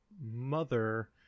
Mother